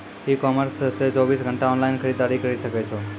ई कॉमर्स से चौबीस घंटा ऑनलाइन खरीदारी करी सकै छो